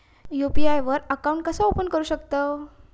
UPI वर account कसा open करू शकतव?